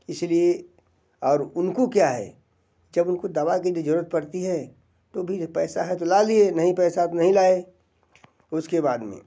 इसी लिए और उनको क्या है जब उनको दवा कि जो ज़रूरत पड़ती है तो भी जो पैसा है तो ला लिए नहीं पैसा नहीं लाए उसके बाद में